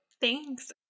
Thanks